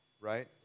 Right